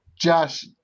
Josh